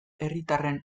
herritarren